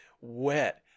wet